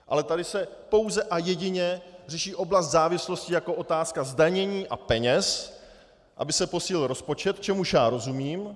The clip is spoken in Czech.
Ale tady se pouze a jedině řeší oblast závislostí jako otázka zdanění a peněz, aby se posílil rozpočet, čemuž já rozumím.